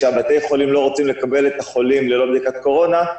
שבתי החולים לא רוצים לקבל חולים ללא בדיקת קורונה.